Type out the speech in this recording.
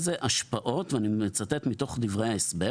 ואני מצטט מתוך דברי ההסבר